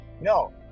no